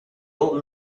old